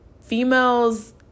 females